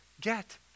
get